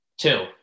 Two